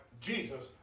Jesus